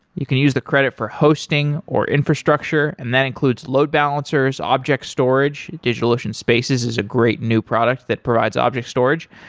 you can use the credit for hosting, or infrastructure, and that includes load balancers, balancers, object storage. digitalocean spaces is a great new product that provides object storage,